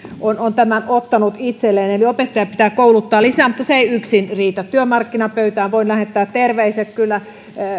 on on tämän ottanut itselleen eli opettajia pitää kouluttaa lisää mutta se ei yksin riitä työmarkkinapöytään voin lähettää terveiset kyllä